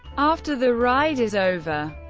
after the ride is over,